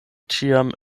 ĉiam